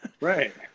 Right